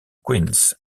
queens